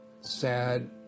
sad